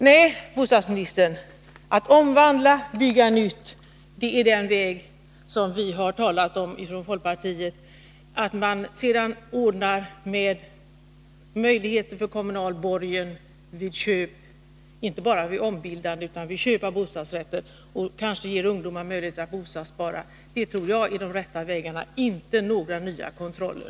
Nej, bostadsministern, att omvandla och bygga nytt är den väg som vi har talat för från folkpartiet. Att man sedan ordnar möjlighet för kommunalborgen vid köp, alltså inte bara vid ombildande utan också vid köp av bostadsrätten, och kanske ger ungdomar möjlighet att bospara tror jag är de rätta vägarna, inte några nya kontroller.